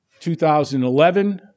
2011